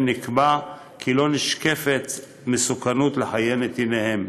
נקבע כי לא נשקפת סכנה לחיי נתיניהן.